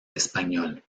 español